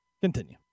Continue